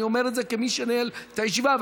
אני אומר את זה כמי שניהל את הישיבה,